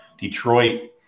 Detroit